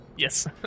Yes